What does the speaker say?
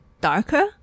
darker